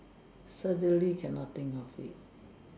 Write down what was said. suddenly cannot think of it